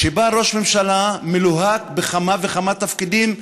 שבה ראש ממשלה מלוהק בכמה וכמה תפקידים,